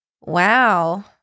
Wow